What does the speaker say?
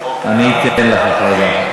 אני אתן לך אחרי זה.